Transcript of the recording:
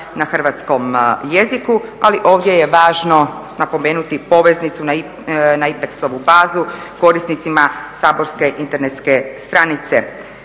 na hrvatskom jeziku, ali ovdje je važno napomenuti poveznicu na IPEKS-ovu bazu korisnicima saborske internetske stranice.